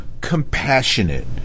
compassionate